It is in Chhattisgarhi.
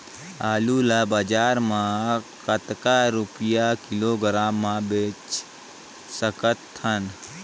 आलू ला बजार मां कतेक रुपिया किलोग्राम म बेच सकथन?